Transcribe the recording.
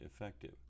effective